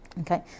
Okay